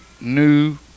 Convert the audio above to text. new